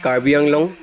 Karbi Anglong